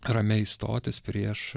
ramiai stotis prieš